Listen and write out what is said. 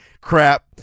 crap